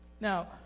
Now